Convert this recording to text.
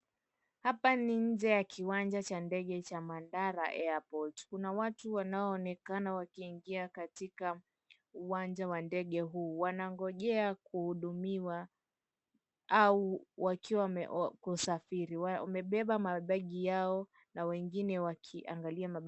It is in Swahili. Hapa ni nje ya kiwanja cha ndege cha Mandara Airport. Kuna watu wanaoonekana wakiingia katika uwanja wa ndege huu, wanangojea kuhudumiwa au wakiwa kusafiri wamebeba mabegi yao na wengine wakiangalia.